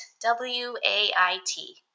W-A-I-T